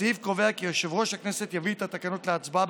הסעיף קובע כי יושב-ראש הכנסת יביא את התקנות להצבעה